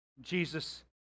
Jesus